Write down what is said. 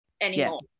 anymore